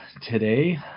today